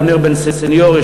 ואבנר בן-סניור,